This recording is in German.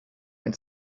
ein